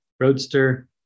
Roadster